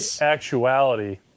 actuality